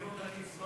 תחזירו את הקצבאות,